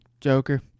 Joker